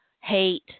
hate